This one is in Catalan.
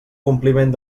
compliment